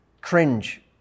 cringe